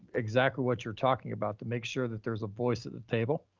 exactly what you're talking about to make sure that there's a voice at the table.